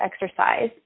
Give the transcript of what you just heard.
exercise